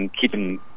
keeping